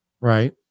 Right